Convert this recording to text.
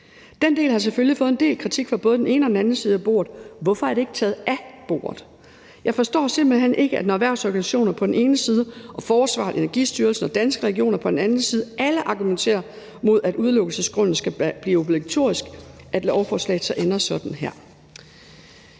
Den del har selvfølgelig fået en del kritik fra både den ene og den anden side af bordet. Hvorfor er det ikke taget af bordet? Jeg forstår simpelt hen ikke, at lovforslaget – når erhvervsorganisationer på den ene side og forsvaret, Energistyrelsen og Danske Regioner på den anden side alle argumenterer mod, at udelukkelsesgrunden skal blive obligatorisk – så ender sådan her.